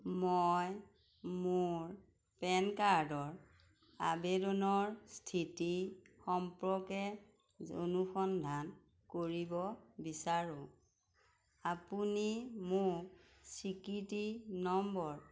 মই মোৰ পেন কাৰ্ডৰ আবেদনৰ স্থিতি সম্পৰ্কে অনুসন্ধান কৰিব বিচাৰোঁ আপুনি মোক স্বীকৃতি নম্বৰ